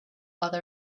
other